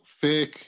fake